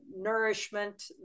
nourishment